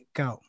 go